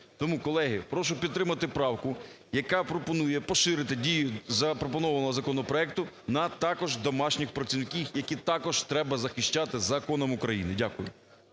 Тому, колеги, прошу підтримати правку, яка пропонує поширити дію запропонованого законопроекту на також домашніх працівників, які також треба захищати законом України. Дякую.